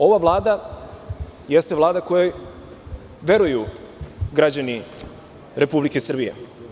Ova Vlada jeste Vlada kojoj veruju građani Republike Srbije.